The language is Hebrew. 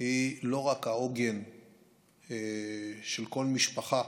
היא לא רק העוגן של כל משפחה,